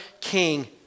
king